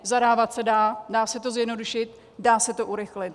Zadávat se dá, dá se to zjednodušit, dá se to urychlit.